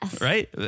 Right